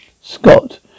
Scott